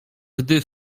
gdy